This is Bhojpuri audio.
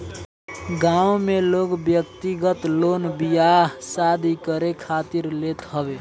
गांव में लोग व्यक्तिगत लोन बियाह शादी करे खातिर लेत हवे